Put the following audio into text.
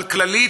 אבל כללית,